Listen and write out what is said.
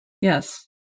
Yes